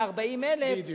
על יותר מ-40,000 שקל, בדיוק.